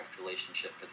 relationship